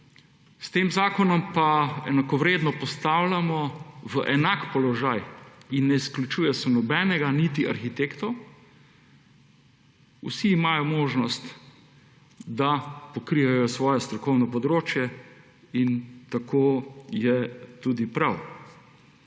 S tem zakonom pa enakovredno postavljamo v enak položaj in ne izključuje se nobenega, niti arhitektov, vsi imajo možnost, da pokrijejo svoje strokovno področje in tako je tudi prav.